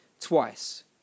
twice